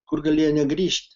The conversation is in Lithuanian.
kur galėjo negrįžt